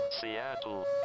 Seattle